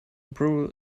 brawl